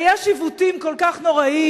ויש עיוותים כל כך נוראיים,